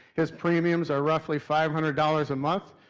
his premiums are roughly five hundred dollars a month,